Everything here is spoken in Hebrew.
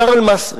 בשאר אל-מצרי,